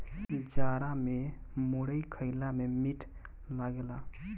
जाड़ा में मुरई खईला में मीठ लागेला